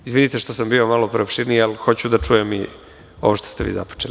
Izvinite što sam bio malo preopširniji, ali hoću da čujem i ovo što ste vi započeli.